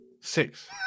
Six